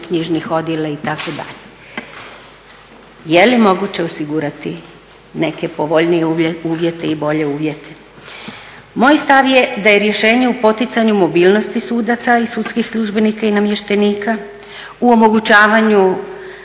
odjela itd. Je li moguće osigurati neke povoljnije uvjete i bolje uvjete? Moj stav je da je rješenje u poticanju mobilnosti sudaca i sudskih službenika i namještenika, u omogućavanju